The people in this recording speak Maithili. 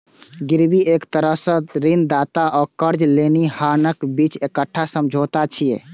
गिरवी एक तरह सं ऋणदाता आ कर्ज लेनिहारक बीच एकटा समझौता छियै